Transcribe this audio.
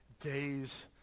days